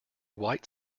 white